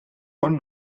von